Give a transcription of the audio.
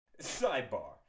Sidebar